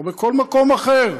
או בכל מקום אחר.